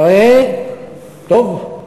טוב?